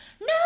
no